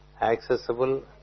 accessible